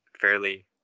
fairly